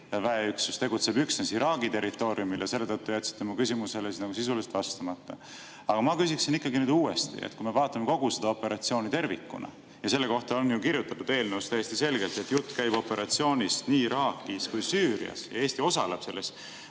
väeüksus tegutseb üksnes Iraagi territooriumil ja selle tõttu jätsite mu küsimusele sisuliselt vastamata. Aga ma küsin nüüd ikkagi uuesti. Kui me vaatame kogu seda operatsiooni tervikuna, siis selle kohta on kirjutatud eelnõus täiesti selgelt, et jutt käib operatsioonist nii Iraagis kui Süürias, Eesti osaleb selles